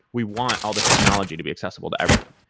we want all these technology to be accessible to everyone,